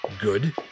good